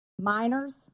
Minors